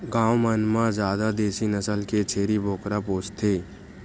गाँव मन म जादा देसी नसल के छेरी बोकरा पोसथे